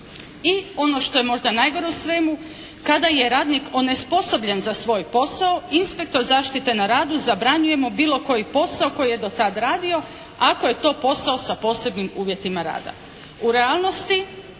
i ono što je možda najgore u svemu kada je radnik onesposobljen za svoj posao, inspektor zaštite na radu zabranjuje mu bilo koji posao koji je do tada radio ako je to posao sa posebnim uvjetima rada. U realnosti